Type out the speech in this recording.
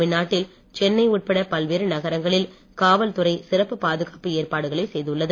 தமிழ்நாட்டில் சென்னை உட்பட பல்வேறு நகரங்களில் காவல்துறை சிறப்பு பாதுகாப்பு ஏற்பாடுகளை செய்துள்ளது